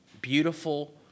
beautiful